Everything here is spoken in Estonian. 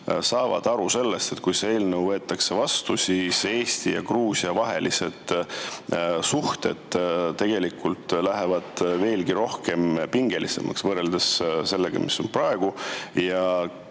saavad aru sellest, et kui see eelnõu võetakse vastu, siis Eesti ja Gruusia vahelised suhted lähevad veelgi rohkem pingeliseks võrreldes sellega, mis on praegu?